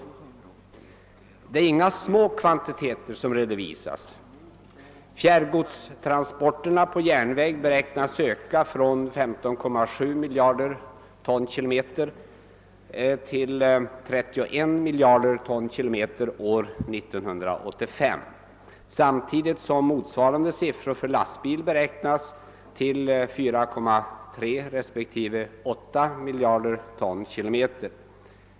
Det är inga små kvantiteter som redovisas. Fjärrgodstransporterna på järnväg beräknas öka från 15,7 miljarder tonkm 1970 till 31 miljarder tonkm år 1985 samtidigt som motsvarande siffror på lastbil beräknas till respektive 4,3 och 8 miljarder tonkm.